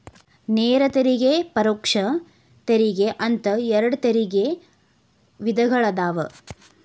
ನೇರ ತೆರಿಗೆ ಪರೋಕ್ಷ ತೆರಿಗೆ ಅಂತ ಎರಡ್ ತೆರಿಗೆ ವಿಧಗಳದಾವ